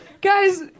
guys